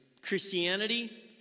Christianity